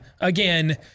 again